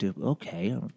Okay